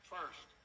First